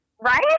Right